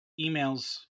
emails